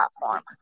platform